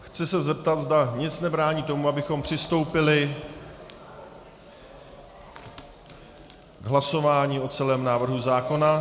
Chci se zeptat, zda nic nebrání tomu, abychom přistoupili k hlasování o celém návrhu zákona.